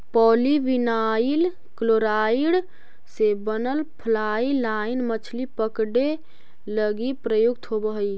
polyvinyl chloride से बनल fly line मछली पकडे लगी प्रयुक्त होवऽ हई